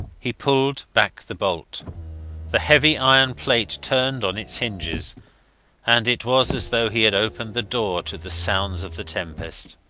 he pulled back the bolt the heavy iron plate turned on its hinges and it was as though he had opened the door to the sounds of the tempest.